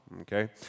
Okay